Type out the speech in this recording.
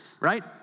right